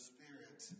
Spirit